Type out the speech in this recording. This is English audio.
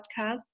podcast